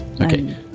Okay